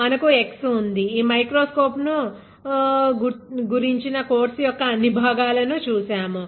మనకు X ఉంది ఈ మైక్రోస్కోప్ ను గురించిన కోర్సు యొక్క అన్ని భాగాలను చూశాము